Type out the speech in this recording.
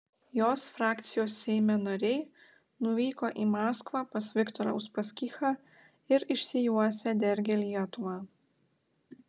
jos frakcijos seime nariai nuvyko į maskvą pas viktorą uspaskichą ir išsijuosę dergė lietuvą